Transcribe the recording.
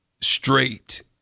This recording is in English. straight